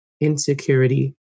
insecurity